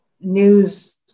news